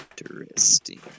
Interesting